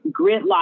gridlock